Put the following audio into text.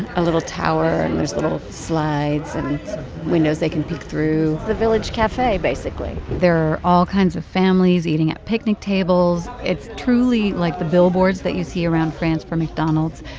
a little tower, and there's the little slides and windows they can peek through the village cafe, basically there are all kinds of families eating at picnic tables. it's truly like the billboards that you see around france for mcdonald's.